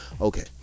Okay